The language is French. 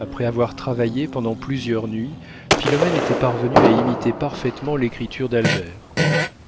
après avoir travaillé pendant plusieurs nuits philomène était parvenue à imiter parfaitement l'écriture d'albert